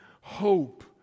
hope